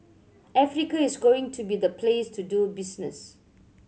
Africa is going to be the place to do business